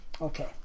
Okay